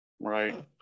Right